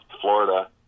Florida